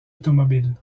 automobiles